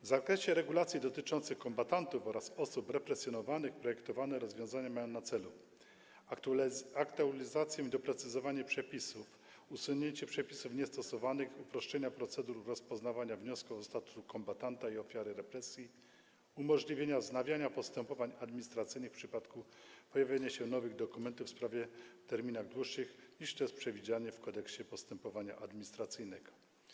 W zakresie regulacji dotyczących kombatantów oraz osób represjonowanych projektowane rozwiązania mają na celu aktualizację i doprecyzowanie przepisów, usunięcie przepisów niestosowanych, uproszczenie procedur rozpoznawania wniosku o status kombatanta i ofiary represji, umożliwienie wznawiania postępowań administracyjnych w przypadku pojawienia się nowych dokumentów w sprawie w terminach dłuższych, niż jest to przewidziane w Kodeksie postępowania administracyjnego.